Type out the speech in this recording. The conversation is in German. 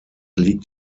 liegt